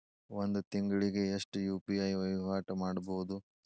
ಒಂದ್ ತಿಂಗಳಿಗೆ ಎಷ್ಟ ಯು.ಪಿ.ಐ ವಹಿವಾಟ ಮಾಡಬೋದು?